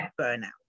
burnout